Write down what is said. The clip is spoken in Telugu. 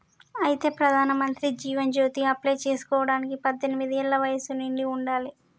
అయితే ప్రధానమంత్రి జీవన్ జ్యోతి అప్లై చేసుకోవడానికి పద్దెనిమిది ఏళ్ల వయసు నిండి ఉండాలి